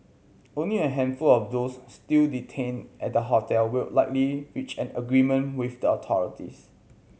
only a handful of those still detained at the hotel will likely reach an agreement with the authorities